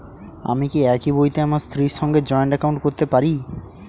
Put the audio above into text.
আমি কি একই বইতে আমার স্ত্রীর সঙ্গে জয়েন্ট একাউন্ট করতে পারি?